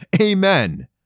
Amen